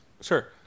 sure